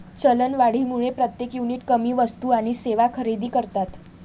चलनवाढीमुळे प्रत्येक युनिट कमी वस्तू आणि सेवा खरेदी करतात